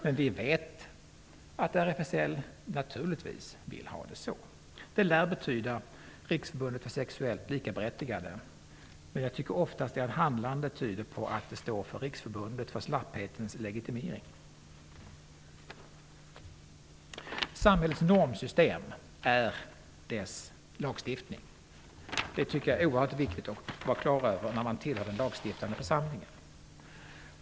Men vi vet naturligtvis att RFSL vill ha det så. RFSL lär betyda Riksförbundet för sexuellt likaberättigande, men jag tycker oftast att handlandet tyder på att det står för Riksförbundet för slapphetens legitimering. Samhällets normsystem är dess lagstiftning. Det är oerhört viktigt att vara klar över det när man tillhör den lagstiftande församlingen.